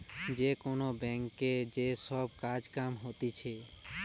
যে কোন ব্যাংকে যে সব কাজ কাম হতিছে